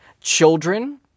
Children